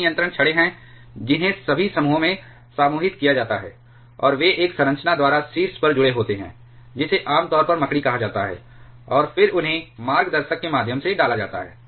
कई नियंत्रण छड़ें हैं जिन्हें सभी समूहों में समूहित किया जाता है और वे एक संरचना द्वारा शीर्ष पर जुड़े होते हैं जिसे आमतौर पर मकड़ी कहा जाता है और फिर उन्हें मार्गदर्शक के माध्यम से डाला जाता है